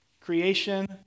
Creation